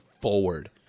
forward